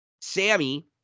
Sammy